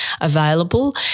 available